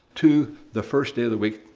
to the first day of the week,